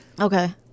okay